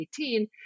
2018